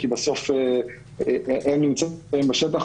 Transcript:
כי בסוף הם נמצאים בשטח,